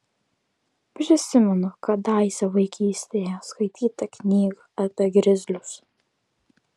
prisimenu kadaise vaikystėje skaitytą knygą apie grizlius